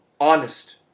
honest